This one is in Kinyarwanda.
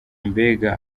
mbega